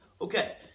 Okay